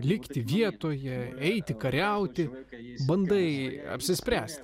likti vietoje eiti kariauti bandai apsispręst